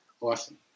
awesome